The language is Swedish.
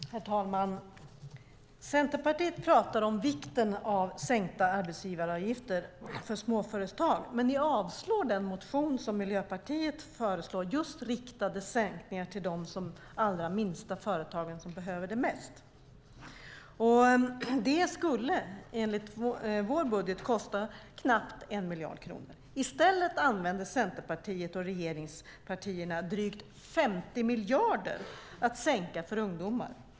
Herr talman! Centerpartiet talar om vikten av sänkta arbetsgivaravgifter för småföretag. Men ni avstyrker den motion där Miljöpartiet föreslår riktade sänkningar till de allra minsta företagen som behöver det mest. Det skulle enligt vår budget kosta knappt 1 miljard kronor. I stället använder Centerpartiet och regeringspartierna drygt 50 miljarder för att sänka arbetsgivaravgifterna för ungdomar.